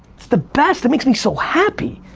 it's the best, it makes me so happy.